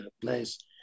place